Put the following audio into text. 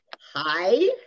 Hi